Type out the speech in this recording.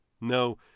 No